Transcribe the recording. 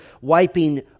wiping